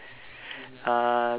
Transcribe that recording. uh